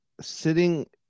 sitting